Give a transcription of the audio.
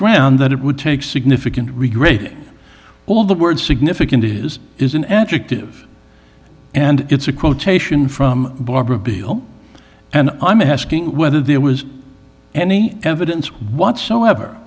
ground that it would take significant regrade all the word significant is is an adjective and it's a quotation from barbara bill and i'm asking whether there was any evidence whatsoever